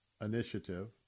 initiative